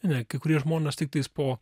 ne kai kurie žmonės tiktais po